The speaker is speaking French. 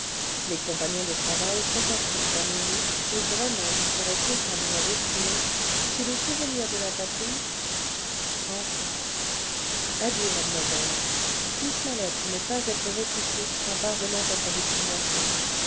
mes compagnons de travail compatissent à mes maux et vraiment je serais content de ma destinée si le souvenir de la patrie enfin adieu mademoiselle puisse ma lettre ne pas être repoussée en parvenant à sa destination